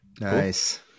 Nice